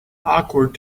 awkward